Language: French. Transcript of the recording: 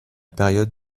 période